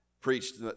preached